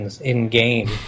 in-game